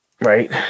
right